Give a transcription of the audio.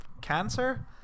cancer